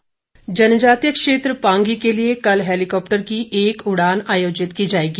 उड़ान जनजातीय क्षेत्र पांगी के लिए कल हेलिकॉप्टर की एक उड़ान आयोजित की जाएगी